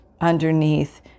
underneath